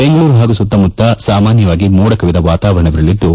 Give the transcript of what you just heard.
ಬೆಂಗಳೂರು ಹಾಗೂ ಸುತ್ತಮುತ್ತ ಸಾಮಾನ್ಯವಾಗಿ ಮೋಡ ಕವಿದ ವಾತವಾರಣವಿರಲಿದ್ದು